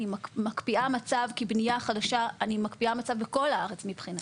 אני מקפיאה מצב כי בבנייה חדשה אני מקפיאה מצב בכל הארץ מבחינתי.